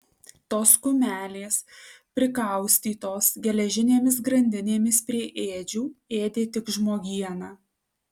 tos kumelės prikaustytos geležinėmis grandinėmis prie ėdžių ėdė tik žmogieną